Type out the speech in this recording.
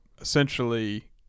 essentially